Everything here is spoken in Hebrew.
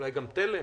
אולי גם תל"ם,